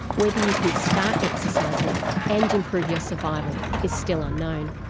whether you can start exercising and improve your survival is still unknown,